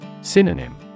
Synonym